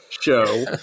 show